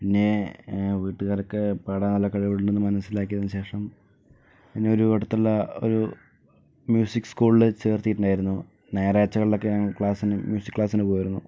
പിന്നെ വീട്ടുകാരൊക്കെ പാടാൻ നല്ല കഴിവുണ്ടെന്ന് മനസ്സിലാക്കിയതിനു ശേഷം എന്നെയൊരു അടുത്തുള്ള ഒരു മ്യൂസിക്ക് സ്കൂളിൽ ചേർത്തിട്ടുണ്ടായിരുന്നു ഞായറാഴ്ചകളിൽ ഒക്കെ ക്ലാസിന് മ്യൂസിക്ക് ക്ലാസിന് പോകുമായിരുന്നു